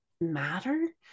matter